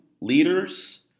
leaders